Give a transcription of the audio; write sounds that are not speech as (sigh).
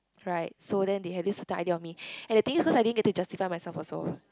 right so then they have this certain idea of me (breath) and the thing is I didn't get to justify myself also